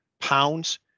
pounds